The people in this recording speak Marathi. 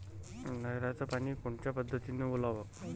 नयराचं पानी कोनच्या पद्धतीनं ओलाव?